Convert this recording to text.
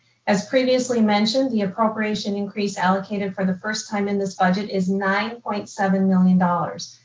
as previously mentioned, the appropriation increase allocated for the first time in this budget is nine point seven million dollars.